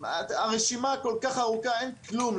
הרשימה כל כך ארוכה אין כלום.